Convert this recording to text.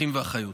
אחים ואחיות.